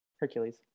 Hercules